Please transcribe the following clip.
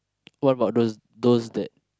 what about those those that